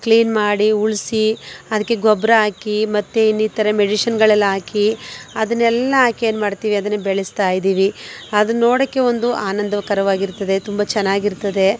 clean ಮಾಡಿ ಉಳಿಸಿ ಅದಕ್ಕೆ ಗೊಬ್ಬರ ಹಾಕಿ ಮತ್ತೆ ಇನ್ನಿತರ ಮೆಡಿಶಿನ್ಗಳೆಲ್ಲ ಹಾಕಿ ಅದನ್ನೆಲ್ಲ ಹಾಕಿ ಏನು ಮಾಡ್ತೀವಿ ಅದನ್ನು ಬೆಳೆಸ್ತಾಯಿದ್ದೀವಿ ಅದು ನೋಡೋಕ್ಕೆ ಒಂದು ಆನಂದಕರವಾಗಿರ್ತದೆ ತುಂಬ ಚೆನ್ನಾಗಿರ್ತದೆ